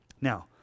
Now